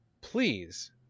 please